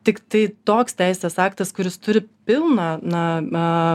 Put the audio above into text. tiktai toks teisės aktas kuris turi pilną na na